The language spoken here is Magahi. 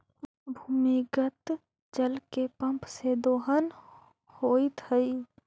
भूमिगत जल के पम्प से दोहन होइत हई